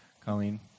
Colleen